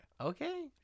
Okay